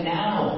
now